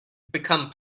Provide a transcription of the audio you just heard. become